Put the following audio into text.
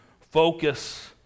focus